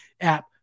app